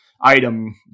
item